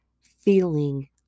feeling